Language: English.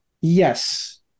Yes